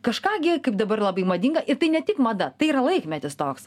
kažką gi kaip dabar labai madinga ir tai ne tik mada tai yra laikmetis toks